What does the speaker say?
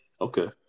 Okay